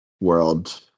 world